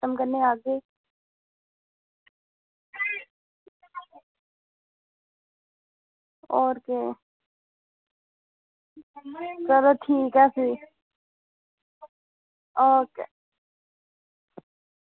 system कन्नै आह्गे होर केह् चलो ठीक ऐ भी ओके